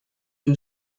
two